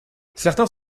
certains